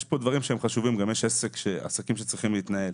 יש כאן דברים חשובים ויש עסקים שצריכים להתנהל.